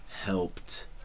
helped